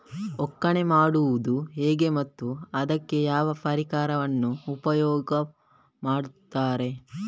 ಒಕ್ಕಣೆ ಮಾಡುವುದು ಹೇಗೆ ಮತ್ತು ಅದಕ್ಕೆ ಯಾವ ಪರಿಕರವನ್ನು ಉಪಯೋಗ ಮಾಡುತ್ತಾರೆ?